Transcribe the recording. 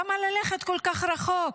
למה ללכת כל כך רחוק?